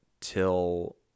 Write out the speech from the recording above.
till